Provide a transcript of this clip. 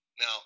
now